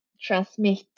transmit